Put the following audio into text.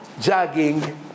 jogging